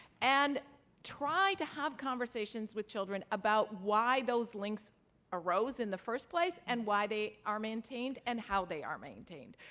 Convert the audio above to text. and try to have conversations with children about why those links arose in the first place and why they are maintained and how they are maintained.